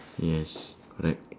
yes correct